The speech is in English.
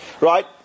right